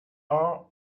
are